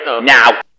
Now